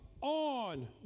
on